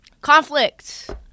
conflict